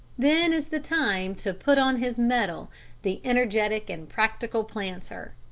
then is the time to put on his mettle the energetic and practical planter.